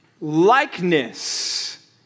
likeness